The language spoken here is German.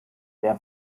sehr